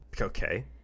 Okay